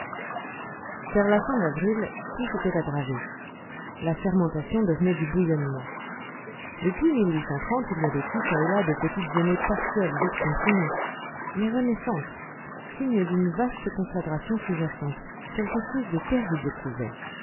vers la fin d'avril tout s'était aggravé la fermentation devenait du bouillonnement depuis il y avait eu çà et là de petites émeutes partielles vite comprimées mais renaissantes signe d'une vaste conflagration sous jacente quelque chose de terrible couvait